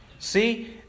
See